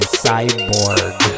cyborg